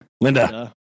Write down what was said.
Linda